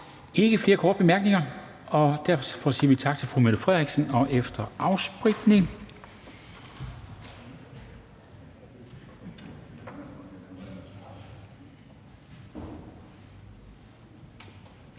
ikke flere korte bemærkninger, og derfor siger vi tak til fru Mette Frederiksen. Og efter afspritning